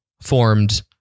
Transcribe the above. formed